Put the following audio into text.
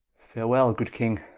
farewell good king